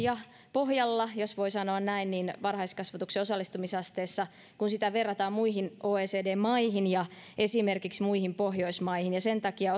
pohjalla jos voi sanoa näin varhaiskasvatuksen osallistumisasteessa kun sitä verrataan muihin oecd maihin ja esimerkiksi muihin pohjoismaihin sen takia